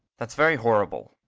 that's very-horrible.